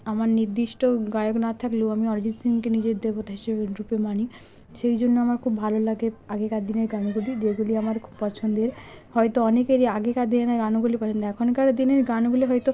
আমার নির্দিষ্ট গায়ক না থাকলেও আমি অরিজিত সিংকে নিজের দেবতা হিসেবে রূপে মানি সেই জন্য আমার খুব ভালো লাগে আগেকার দিনের গানগুলি যেইগুলি আমার খুব পছন্দের হয়ত অনেকেরই আগেকার দিনের গানগুলি পছন্দ এখনকার দিনের গানগুলি হয়ত